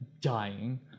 dying